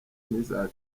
n’iza